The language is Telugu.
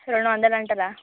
రెండు వందలు అంటారా